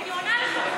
אני עונה לך.